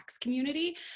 community